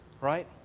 right